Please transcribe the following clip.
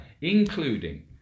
including